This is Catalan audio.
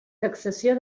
taxació